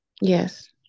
Yes